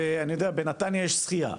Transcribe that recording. אני יודע בנתניה יש שחייה,